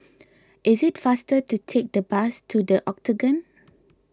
it is faster to take the bus to the Octagon